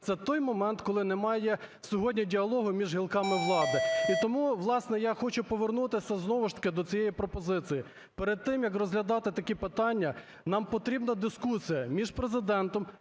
Це той момент, коли немає сьогодні діалогу між гілками влади. І тому, власне, я хочу повернутися знову ж таки до цієї пропозиції. Перед тим, як розглядати такі питання, нам потрібна дискусія між Президентом,